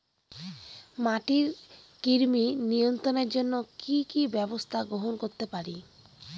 মাটির কৃমি নিয়ন্ত্রণের জন্য কি কি ব্যবস্থা গ্রহণ করতে পারি?